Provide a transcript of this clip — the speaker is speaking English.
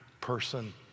person